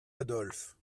adolphe